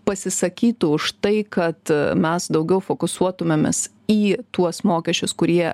pasisakytų už tai kad mes daugiau fokusuotumėmės į tuos mokesčius kurie